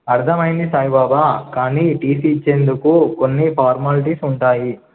అర్థమైంది సాయిబాబా కానీ టీసీ ఇచ్చేందుకు కొన్ని ఫార్మాలిటీస్ ఉంటాయి